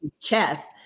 Chess